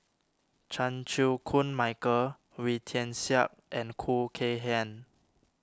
Chan Chew Koon Michael Wee Tian Siak and Khoo Kay Hian